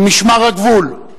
ממשמר הגבול,